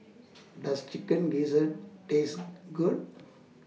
Does Chicken Gizzard Taste Good